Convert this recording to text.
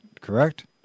correct